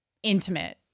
intimate